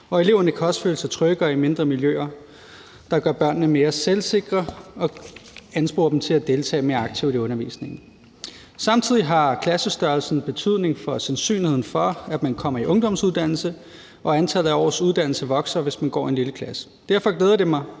Og eleverne kan også føle sig tryggere i mindre miljøer, der gør børnene mere selvsikre og ansporer dem til at deltage mere aktivt i undervisningen. Samtidig har klassestørrelsen betydning for sandsynligheden for, at man kommer i ungdomsuddannelse, og antallet af års uddannelse vokser, hvis man har gået i en lille klasse. Derfor glæder det mig,